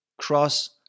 cross